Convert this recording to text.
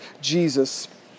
Jesus